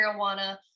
marijuana